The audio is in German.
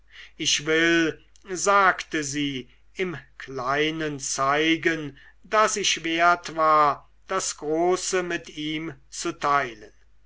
ich will sagte sie im kleinen zeigen daß ich wert war das große mit ihm zu teilen